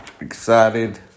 excited